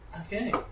okay